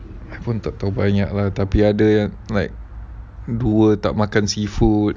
aku tak tahu banyak lah tapi ada yang like dua tak makan seafood